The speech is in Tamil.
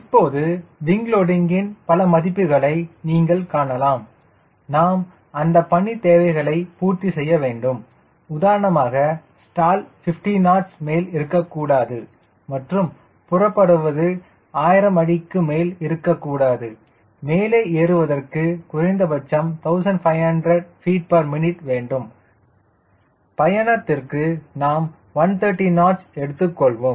இப்போது விங் லோடிங்கின் பல மதிப்புகளை நீங்கள் காணலாம் நாம் அந்த பணி தேவைகளை பூர்த்தி செய்ய வேண்டும் உதாரணமாக ஸ்டால் 50 knots மேல் இருக்க கூடாது மற்றும் புறப்படுவது 1000 அடிக்கு மேல் இருக்கக்கூடாது மேலே ஏறுவதற்கு குறைந்தபட்சம் 1500 ftmin வேண்டும் பயணத்திற்கு நாம் 130 knots எடுத்துக்கொள்வோம்